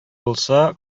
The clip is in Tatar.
булса